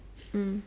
mm